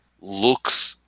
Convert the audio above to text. looks